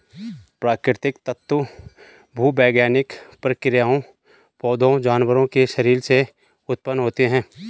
प्राकृतिक तंतु भूवैज्ञानिक प्रक्रियाओं, पौधों, जानवरों के शरीर से उत्पन्न होते हैं